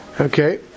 Okay